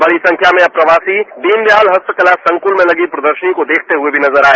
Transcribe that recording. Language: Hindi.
बड़ी संख्या में प्रवासी दीनदयाल होस्पिटल और संकृत में लगी प्रदर्शनी को देखते हए भी नजर आए